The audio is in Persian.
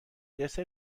دسر